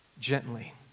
gently